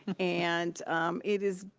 and it is,